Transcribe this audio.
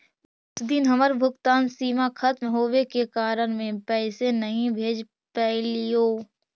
उस दिन हमर भुगतान सीमा खत्म होवे के कारण में पैसे नहीं भेज पैलीओ